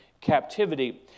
captivity